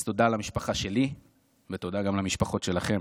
אז תודה למשפחה שלי ותודה גם למשפחות שלכם.